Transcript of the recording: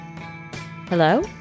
Hello